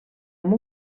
amb